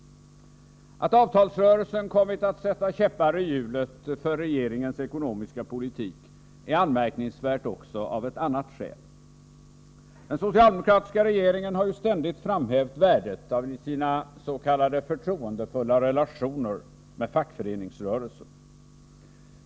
Att avtalsrörelsen kommit att sätta käppar i hjulet för regeringens ekonomiska politik är anmärkningsvärt också av ett annat skäl. Den socialdemokratiska regeringen har ju ständigt framhävt värdet av sina s.k. ”förtroendefulla relationer” med fackföreningsrörelsen.